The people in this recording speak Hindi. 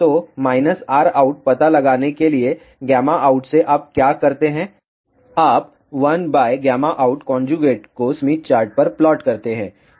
तो Rout पता लगाने के लिए out से आप क्या करते हैं आप 1out को स्मिथ चार्ट पर प्लॉट करते हैं